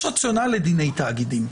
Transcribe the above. יש רציונל לדיני תאגידים.